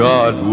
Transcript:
God